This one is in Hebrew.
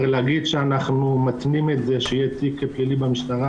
להגיד שאנחנו מתנים שיהיה תיק פלילי במשטרה,